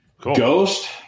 Ghost